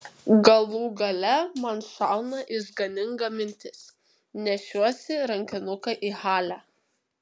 galų gale man šauna išganinga mintis nešiuosi rankinuką į halę